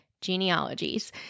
genealogies